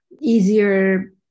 easier